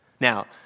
Now